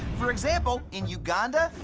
for example, in uganda,